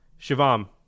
shivam